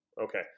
Okay